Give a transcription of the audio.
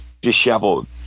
disheveled